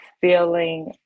feeling